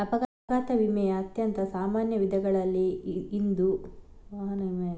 ಅಪಘಾತ ವಿಮೆಯ ಅತ್ಯಂತ ಸಾಮಾನ್ಯ ವಿಧಗಳಲ್ಲಿ ಇಂದು ವಾಹನ ವಿಮೆಯಾಗಿದೆ